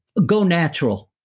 go natural.